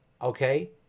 Okay